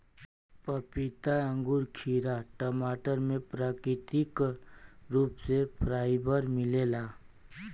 पपीता अंगूर खीरा टमाटर में प्राकृतिक रूप से फाइबर मिलेला